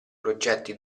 progetti